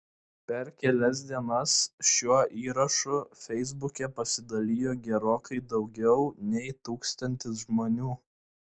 per kelias dienas šiuo įrašu feisbuke pasidalijo gerokai daugiau nei tūkstantis žmonių